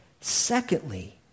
Secondly